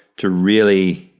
to really,